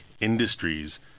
industries